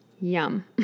Yum